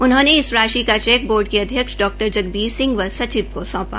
उन्होंने इस राशि का चैक बोर्ड के अध्यक्ष डा जगबीर सिंह एंव सचिव को सौंपा